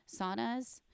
saunas